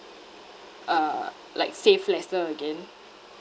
uh like save lesser again